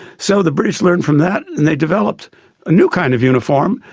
so the british learnt from that and they developed a new kind of uniform,